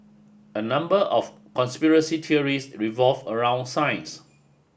a number of conspiracy theories revolve around science